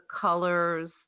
colors